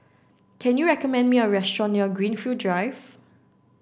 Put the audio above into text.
can you recommend me a restaurant near Greenfield Drive